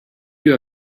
you